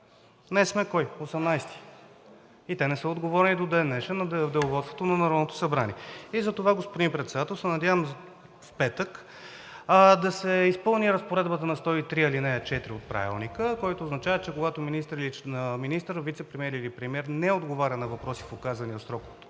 днес сме 18 май, и не са отговорили до ден днешен в Деловодството на Народното събрание. Затова, господин Председател, надявам се, в петък да се изпълни Разпоредбата на чл. 103, ал. 4 от Правилника, което означава, че когато министър, вицепремиер или премиер не отговаря на въпроси в указания срок от